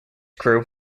crew